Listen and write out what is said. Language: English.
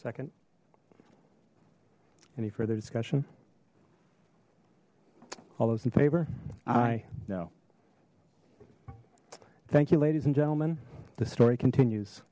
second any further discussion all those in favor aye no thank you ladies and gentlemen the story continues